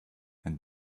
and